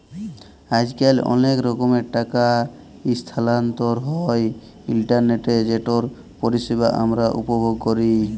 আইজকাল অলেক রকমের টাকা ইসথালাল্তর হ্যয় ইলটারলেটে যেটর পরিষেবা আমরা উপভোগ ক্যরি